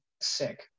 sick